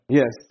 yes